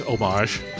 homage